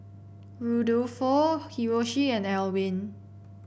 Rudolfo Hiroshi and Elwin